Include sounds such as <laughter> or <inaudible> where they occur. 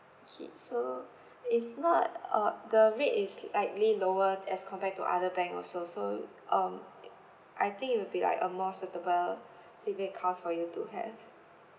okay so it's not uh the rate is slightly lower as compared to other bank also so um it I think it will be like a more suitable <breath> saving account for you to have